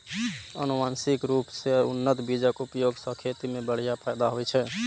आनुवंशिक रूप सं उन्नत बीजक उपयोग सं खेती मे बढ़िया फायदा होइ छै